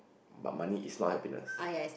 but money is not happiness